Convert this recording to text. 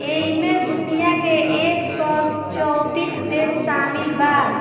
ऐइमे दुनिया के एक सौ चौतीस देश सामिल बा